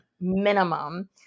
minimum